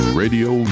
radio